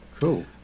cool